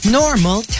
normal